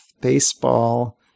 Baseball